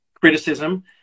criticism